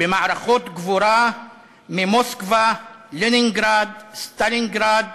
במערכות גבורה ממוסקבה, לנינגרד, סטלינגרד